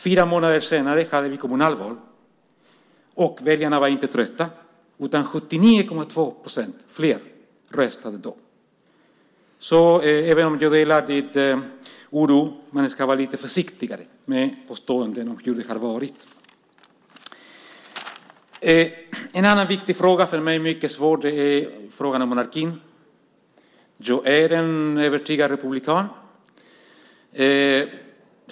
Fyra månader senare var det kommunalval. Väljarna var inte trötta utan fler, 79,2 procent, röstade då. Jag delar alltså din oro, men vi ska vara lite försiktigare med påståenden om hur det har varit. En annan viktig och för mig svår fråga är den om monarkin. Jag är en övertygad republikan.